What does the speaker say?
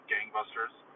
Gangbusters